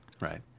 Right